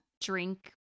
drink